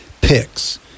picks